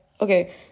okay